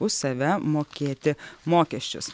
už save mokėti mokesčius